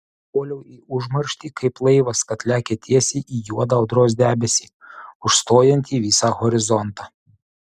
puoliau į užmarštį kaip laivas kad lekia tiesiai į juodą audros debesį užstojantį visą horizontą